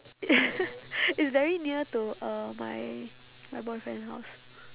it's very near to uh my my boyfriend house